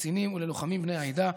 לקצינים וללוחמים בני העדה,